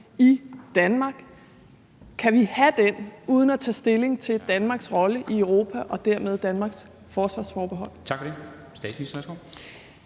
spørgsmål: Kan vi have den uden at tage stilling til Danmarks rolle i Europa og dermed Danmarks forsvarsforbehold?